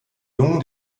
jungen